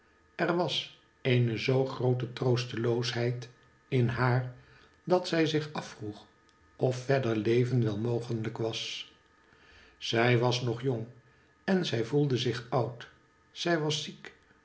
er was eene zoo groote troosteloosheid in haar dat zij zich afvroeg of verder leven wel mogelijk was zij was nog jong en zij voelde zich oud zij was ziek